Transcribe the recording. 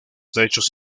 techos